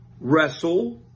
wrestle